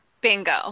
bingo